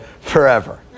forever